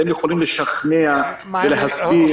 והם יכולים לשכנע ולהסביר,